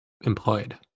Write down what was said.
employed